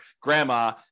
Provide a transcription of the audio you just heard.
grandma